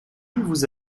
vous